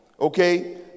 okay